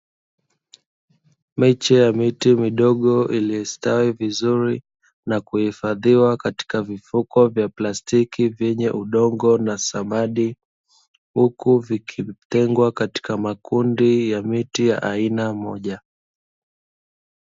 Miche ya miti midogo iliyostawi vizuri na kuhifadhiwa katika vifuko vya plastiki vyenye udongo na samadi, huku vikitengwa katika makundi ya miti ya aina moja.